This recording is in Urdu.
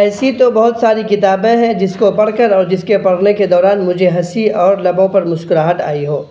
ایسی تو بہت ساری کتابیں ہیں جس کو پڑھ کر اور جس کے پڑھنے کے دوران مجھے ہنسی اور لبوں پر مسکراہٹ آئی ہو